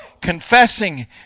confessing